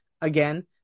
again